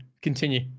Continue